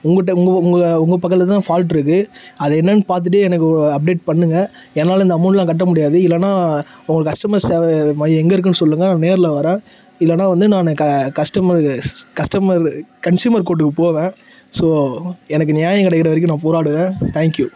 உங்கள்ட்ட உங்கள் உங்கள் உங்கள் பக்கத்தில் தான் ஃபால்ட் இருக்குது அது என்னென்னு பார்த்துட்டு எனக்கு ஒரு அப்டேட் பண்ணுங்கள் என்னால் இந்த அமௌண்ட்டைலாம் கட்ட முடியாது இல்லைன்னா உங்கள் கஸ்டமர்ஸ் சேவை மையம் எங்கே இருக்குதுன்னு சொல்லுங்கள் நான் நேரில் வர்றேன் இல்லைன்னா வந்து நான் க கஸ்டமர்ஸ் கஸ்டமரு கன்ஷியூமர் கோர்ட்டுக்கு போவேன் ஸோ எனக்கு நியாயம் கிடைக்கற வரைக்கும் நான் போராடுவேன் தேங்க்யூ